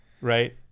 right